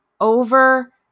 over